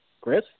Chris